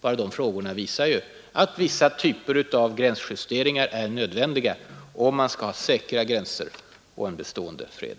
Bara de frågorna visar ju att vissa typer av gränsjusteringar är nödvändiga om man skall få säkra gränser och en bestående fred.